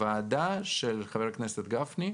בוועדה של חבר הכנסת גפני,